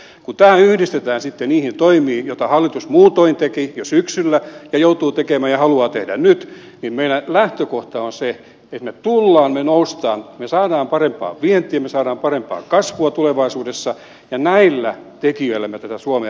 kun tämä yhdistetään sitten niihin toimiin joita hallitus muutoin teki jo syksyllä ja joutuu tekemään ja haluaa tehdä nyt niin meidän lähtökohtamme on se että me tulemme me nousemme me saamme parempaa vientiä me saamme parempaa kasvua tulevaisuudessa ja näillä tekijöillä me tätä suomea rakennamme